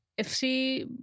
FC